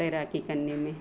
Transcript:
तैराकी करने में